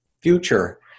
future